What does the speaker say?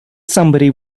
somebody